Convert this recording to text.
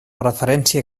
referència